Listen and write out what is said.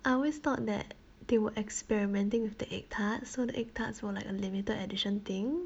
I always thought that they were experimenting with the egg tarts so the egg tarts were like a limited edition thing